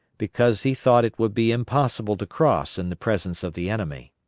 because he thought it would be impossible to cross in the presence of the enemy.